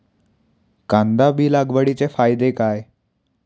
कांदा बी लागवडीचे फायदे काय?